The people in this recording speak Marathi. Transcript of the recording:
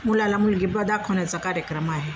मुलाला मुलगे ब दाखवण्याचा कार्यक्रम आहे